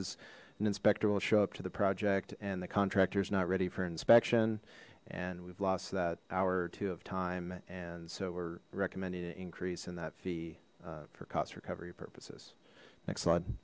an inspector will show up to the project and the contractors not ready for inspection and we've lost that hour or two of time and so we're recommending an increase in that fee for cost recovery purposes nex